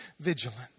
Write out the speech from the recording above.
vigilant